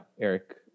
Eric